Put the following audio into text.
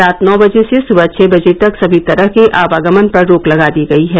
रात नौ बजे से सुबह छः बजे तक सभी तरह के आवागमन पर रोक लगा दी गयी है